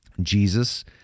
Jesus